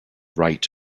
right